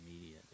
media